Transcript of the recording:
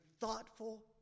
thoughtful